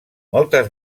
moltes